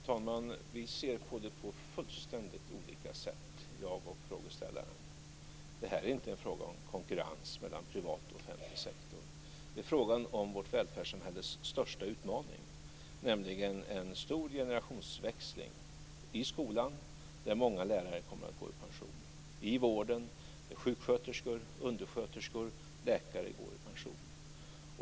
Fru talman! Vi ser på detta på fullständigt olika sätt, jag och frågeställaren. Det här är inte en fråga om konkurrens mellan privat och offentlig sektor. Det är fråga om vårt välfärdssamhälles största utmaning, nämligen en stor generationsväxling i skolan, där många lärare kommer att gå i pension, i vården, där sjuksköterskor, undersköterskor och läkare går i pension.